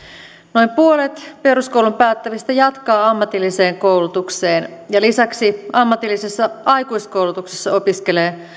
noin puolet peruskoulun päättävistä jatkaa ammatilliseen koulutukseen ja lisäksi ammatillisessa aikuiskoulutuksessa opiskelee